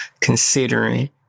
considering